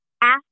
ask